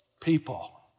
people